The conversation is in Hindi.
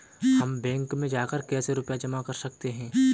हम बैंक में जाकर कैसे रुपया जमा कर सकते हैं?